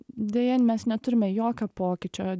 deja mes neturime jokio pokyčio